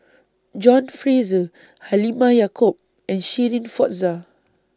John Fraser Halimah Yacob and Shirin Fozdar